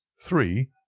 three.